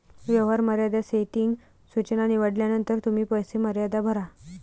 व्यवहार मर्यादा सेटिंग सूचना निवडल्यानंतर तुम्ही पैसे मर्यादा भरा